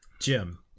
Jim